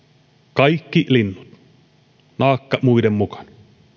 kaikki linnut naakka muiden mukana